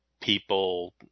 people